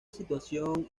situación